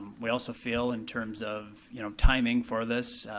we also feel in terms of, you know, timing for this,